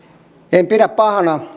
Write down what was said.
en pidä pahana